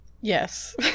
Yes